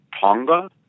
Tonga